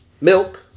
Milk